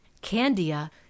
Candia